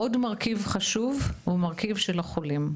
עוד מרכיב חשוב הוא מרכיב החולים,